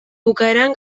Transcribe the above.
bukaeran